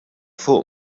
fuq